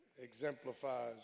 exemplifies